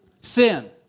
Sin